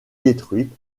détruite